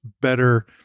better